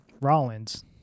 Rollins